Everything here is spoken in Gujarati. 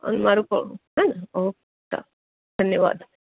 અને મારું પ હેં ને ઓકે ધન્યવાદ